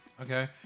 Okay